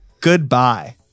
Goodbye